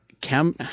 Cam